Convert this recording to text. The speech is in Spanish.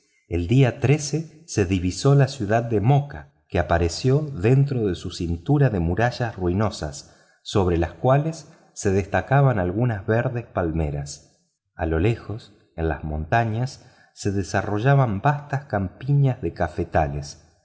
el día se divisó la ciudad de moka que apareció dentro de su cintura de murallas ruinosas sobre las cuales se destacaban algunas verdes palmeras a lo lejos en las montañas se desarollaban vastas campiñas de cafetales